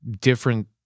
different